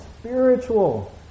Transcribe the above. spiritual